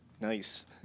Nice